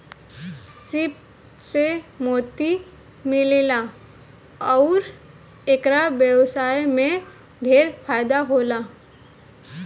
सीप से मोती मिलेला अउर एकर व्यवसाय में ढेरे फायदा होला